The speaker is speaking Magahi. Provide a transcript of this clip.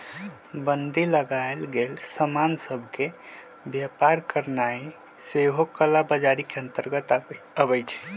बन्दी लगाएल गेल समान सभ के व्यापार करनाइ सेहो कला बजारी के अंतर्गत आबइ छै